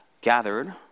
gathered